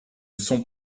sont